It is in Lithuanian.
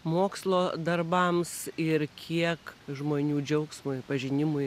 mokslo darbams ir kiek žmonių džiaugsmui pažinimui